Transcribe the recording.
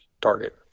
target